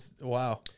Wow